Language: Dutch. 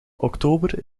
oktober